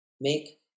Make